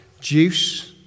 juice